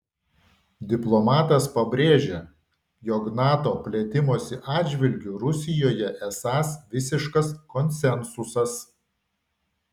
diplomatas pabrėžė jog nato plėtimosi atžvilgiu rusijoje esąs visiškas konsensusas